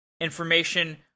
information